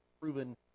proven